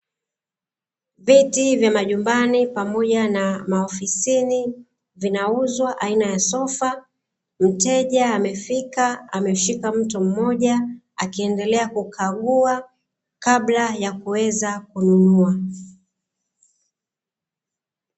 Viti vya majumbani pamoja na maofisini, vinauzwa aina ya Sofa, mteja amefika ameshika mto mmoja akiendelea kukagua kabla ya kuweza kununua.